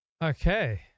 Okay